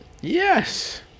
Yes